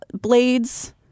blades